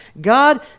God